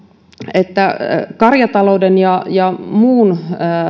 että karjatalouden ja ja muun